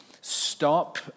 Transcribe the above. Stop